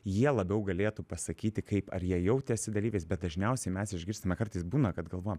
jie labiau galėtų pasakyti kaip ar jie jautėsi dalyviais bet dažniausiai mes išgirstame kartais būna kad galvojam